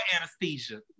anesthesia